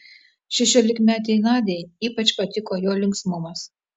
šešiolikmetei nadiai ypač patiko jo linksmumas